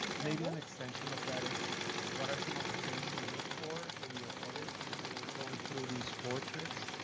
maybe an extension of that is what are some of the things you looked for in your edit as you're going through these portraits?